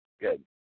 good